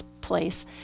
place